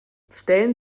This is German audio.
stellen